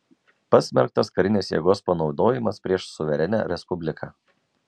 pasmerktas karinės jėgos panaudojimas prieš suverenią respubliką